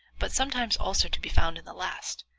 but sometimes also to be found in the last,